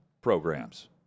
programs